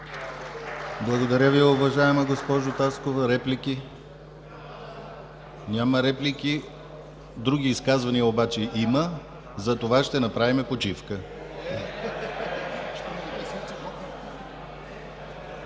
Благодаря Ви, уважаема госпожо Таскова. Реплики? Няма. Други изказвания обаче има, затова ще направим почивка.